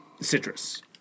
citrus